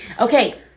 Okay